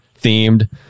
themed